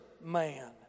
man